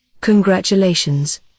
Congratulations